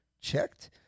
checked